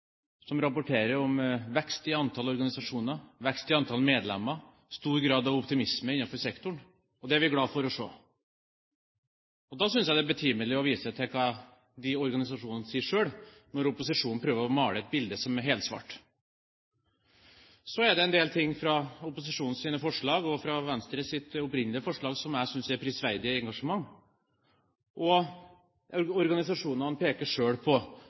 som rapporterer om vekst i antall organisasjoner, vekst i antall medlemmer og stor grad av optimisme i sektoren. Det er vi glad for å se. Da synes jeg det er betimelig å vise til hva organisasjonene sier selv, når opposisjonen prøver å male et bilde som er helsvart. Så er det en del ting i opposisjonens forslag og i Venstres opprinnelige forslag som jeg synes viser et prisverdig engasjement. Organisasjonene peker selv på